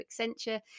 Accenture